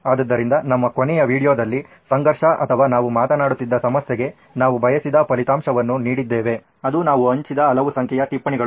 ಆದ್ದರಿಂದ ನಮ್ಮ ಕೊನೆಯ ವೀಡಿಯೊದಲ್ಲಿ ಸಂಘರ್ಷ ಅಥವಾ ನಾವು ಮಾತನಾಡುತ್ತಿದ್ದ ಸಮಸ್ಯೆಗೆ ನಾವು ಬಯಸಿದ ಫಲಿತಾಂಶವನ್ನು ನೀಡಿದ್ದೇವೆ ಅದು ನಾವು ಹಂಚಿದ ಹಲವು ಸಂಖ್ಯೆಯ ಟಿಪ್ಪಣಿಗಳು